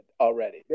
already